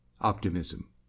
optimism